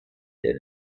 der